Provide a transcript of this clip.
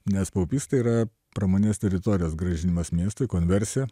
nes paupys tai yra pramoninės teritorijos grąžinimas miestui konversija